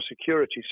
security